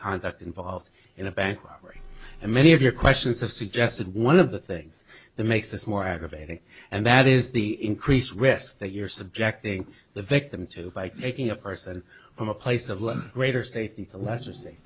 conduct involved in a bank robbery and many of your questions have suggested one of the things that makes this more aggravating and that is the increased risk that you're subjecting the victim to by taking a person from a place of greater safety a lesser